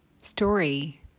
story